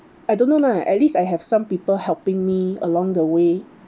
I don't know lah at least I have some people helping me along the way